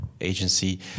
agency